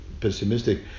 pessimistic